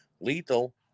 Lethal